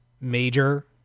major